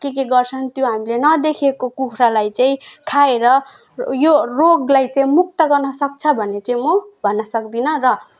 के के गर्छन् त्यो हामीले नदेखेको कुखुरालाई चाहिँ खाएर यो रोगलाई चाहिँ मुक्त गर्नसक्छ भन्ने चाहिँ म भन्न सक्दिनँ र